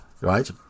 right